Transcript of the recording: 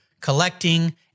collecting